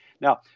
Now